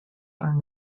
are